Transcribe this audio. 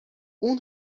اون